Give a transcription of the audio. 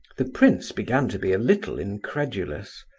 the prince began to be a little incredulous.